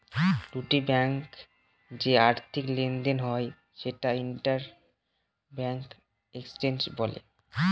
দুটো ব্যাঙ্কে যে আর্থিক লেনদেন হয় সেটাকে ইন্টার ব্যাঙ্ক এক্সচেঞ্জ বলে